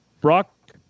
Brock